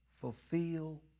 fulfill